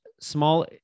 small